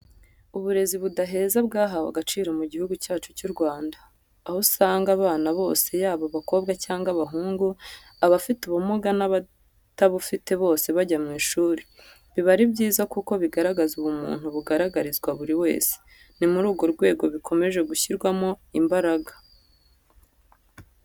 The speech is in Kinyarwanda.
Uburezi budaheza bwahawe agaciro mu gihugu cyacu cy'u Rwanda, aho usanga abana bose yaba abakobwa cyangwa abahungu, abafite ubumuga n'abatabufite bose bajya mu ishuri. Biba ari byiza kuko bigaragaza ubumuntu bugaragarizwa buri wese. Ni muri urwo rwego bikomeje gushyirwamo imbaraga.